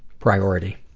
priority.